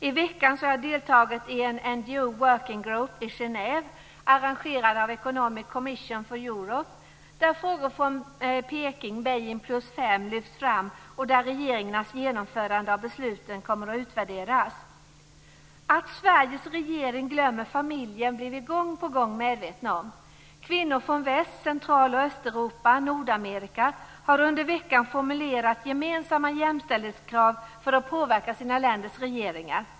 I veckan har jag deltagit i en NGO-working group i Genève, arrangerad av Economic Commission for Europe, där frågor från Peking, Peking + 5, lyfts fram och där regeringarnas genomförande av besluten kommer att utvärderas. Att Sveriges regering glömmer familjen blir vi gång på gång medvetna om. Kvinnor från Väst-, Central och Östeuropa samt Nordamerika har under veckan formulerat gemensamma jämställdhetskrav för att påverka sina länders regeringar.